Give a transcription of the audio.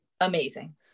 amazing